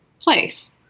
place